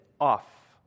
off